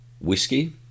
Whiskey